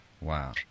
Wow